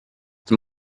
dem